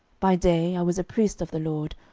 by day i was a priest of the lord,